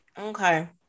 Okay